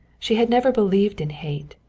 she had never believed in hate.